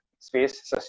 Space